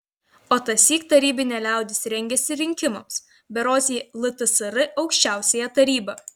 o tąsyk tarybinė liaudis rengėsi rinkimams berods į ltsr aukščiausiąją tarybą